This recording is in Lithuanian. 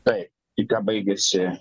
taip tik ką baigėsi